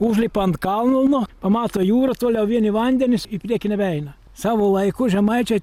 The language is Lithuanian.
užlipa ant kalno no pamato jūrą toliau vieni vandenys į priekį nebeina savo laiko žemaičiai